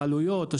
העלויות,